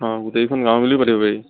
অঁ গোটেইখন গাঁও মিলি পাতিব পাৰি